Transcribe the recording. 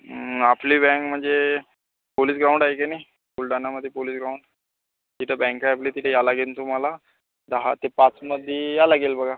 आपली बँक म्हणजे police ground आहे की नाही बुलढाणामध्ये पोलिस ग्राऊंड तिथे बँक आहे आपली तिथे यावं लागेल तुम्हाला दहा ते पाचमध्ये यावं लागेल बघा